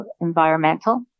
environmental